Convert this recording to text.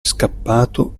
scappato